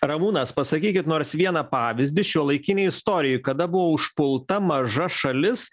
ramūnas pasakykit nors vieną pavyzdį šiuolaikinėj istorijoj kada buvo užpulta maža šalis